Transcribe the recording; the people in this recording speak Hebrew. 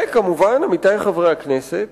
וכמובן, עמיתי חברי הכנסת,